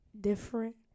different